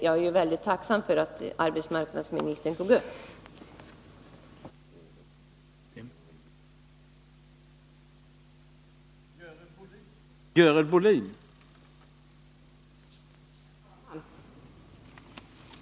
Jag är tacksam för att arbetsmarknadsministern tog upp det.